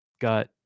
got